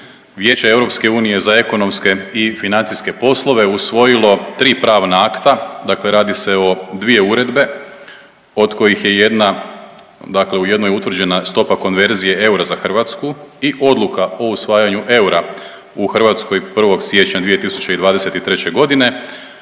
Vijeće EU za ekonomske i financijske poslove usvojilo 3 pravna akta, dakle radi se o dvije uredbe od kojih je jedna, dakle u jednoj je utvrđena stopa konverzije eura za Hrvatsku i odluka o usvajanju eura u Hrvatskoj 1. siječnja 2023.g.